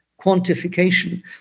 quantification